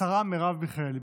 השרה מרב מיכאלי,